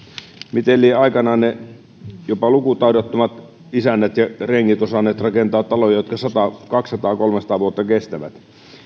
miten lienevät aikanaan ne jopa lukutaidottomat isännät ja rengit osanneet rakentaa taloja jotka sata kaksisataa kolmesataa vuotta kestävät